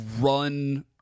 run